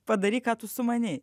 padaryk ką tu sumanei